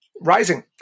rising